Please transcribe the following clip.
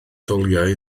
dylai